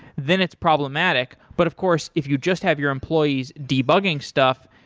then it's problematic. but of course, if you just have your employees debugging stuff,